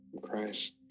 Christ